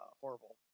horrible